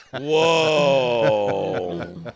Whoa